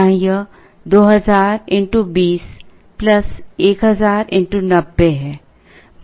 यहां यह 2000 x 20 1000 x 90 है